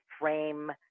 frame